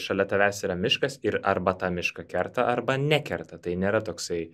šalia tavęs yra miškas ir arba tą mišką kerta arba nekerta tai nėra toksai